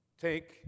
Take